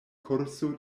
kurso